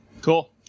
Cool